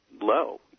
low